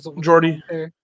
Jordy